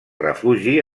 refugi